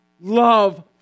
Love